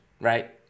right